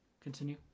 Continue